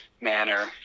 manner